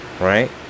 right